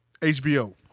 HBO